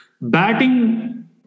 batting